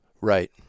Right